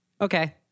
Okay